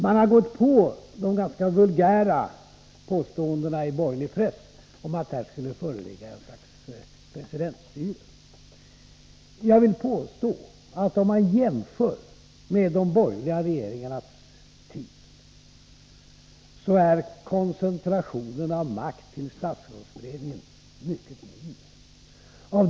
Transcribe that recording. Man har gått på de vulgära påståendena i borgerlig press att här skulle föreligga något slags presidentstyre. Jag vill påstå att om man jämför med de borgerliga regeringarnas tid är koncentrationen av makt till statsrådsberedningen mycket mindre nu.